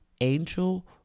angel